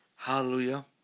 Hallelujah